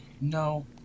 No